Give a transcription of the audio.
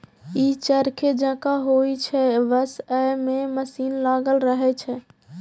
ई चरखे जकां होइ छै, बस अय मे मशीन लागल रहै छै